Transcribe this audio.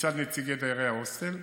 מצד נציגי דיירי ההוסטל.